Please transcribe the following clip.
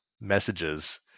messages